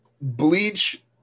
Bleach